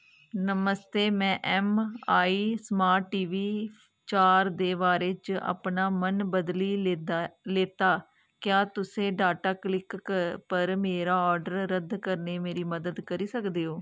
नमस्ते में ऐम्म आई स्मार्ट टी वी चार दे बारे च अपना मन बदली लैता क्या तुसें टाटा क्लिक पर मेरा आर्डर रद्द करने मेरी मदद करी सकदे ओ